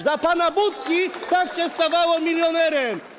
Za pana Budki tak się zostawało milionerem.